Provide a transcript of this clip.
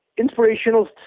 inspirational